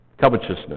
Covetousness